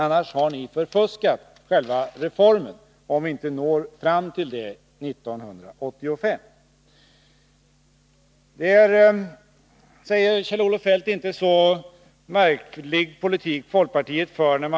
Om vi inte når fram till det målet år 1985, har ni förfuskat själva reformen. Kjell-Olof Feldt säger att den politik som folkpartiet för inte är så märklig.